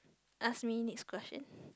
ask me next question